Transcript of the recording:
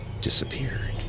disappeared